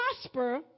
prosper